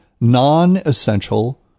non-essential